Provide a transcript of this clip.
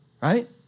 right